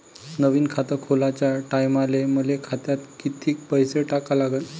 नवीन खात खोलाच्या टायमाले मले खात्यात कितीक पैसे टाका लागन?